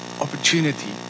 opportunity